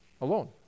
Alone